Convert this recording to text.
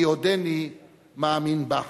/ כי עודני מאמין בך.